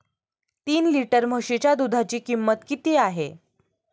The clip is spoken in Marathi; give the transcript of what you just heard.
तीन लिटर म्हशीच्या दुधाची किंमत किती आहे?